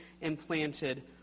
implanted